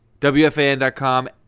WFAN.com